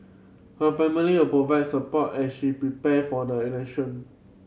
her family will provide support as she prepare for the election